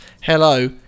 hello